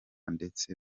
ndetse